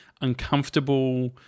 uncomfortable